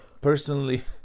personally